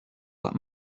that